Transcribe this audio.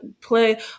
play